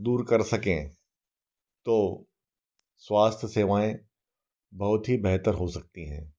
दूर कर सकें तो स्वास्थ्य सेवाएँ बहुत ही बेहतर हो सकती हैं